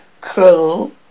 Cruel